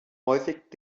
häufig